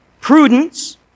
prudence